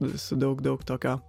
su daug daug tokio